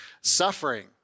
suffering